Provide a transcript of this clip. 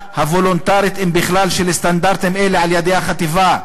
הוולונטרית אם בכלל של סטנדרטים אלה על-ידי החטיבה,